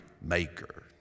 maker